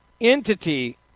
entity